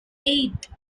eight